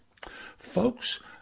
folks